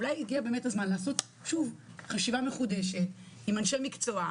אולי הגיע באמת הזמן לעשות שוב חשיבה מחודשת עם אנשי מקצוע,